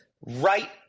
right